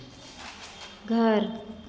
घर